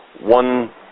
one